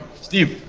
steve.